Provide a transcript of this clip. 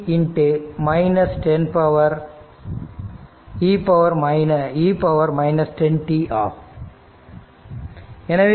05 t e 10t ஆகும்